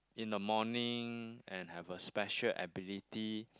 in the morning and have a special ability